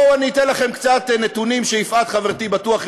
בואו ואני אתן לכם קצת נתונים שיפעת חברתי בטוח יודעת,